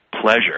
pleasure